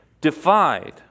defied